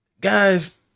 Guys